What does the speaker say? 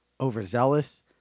overzealous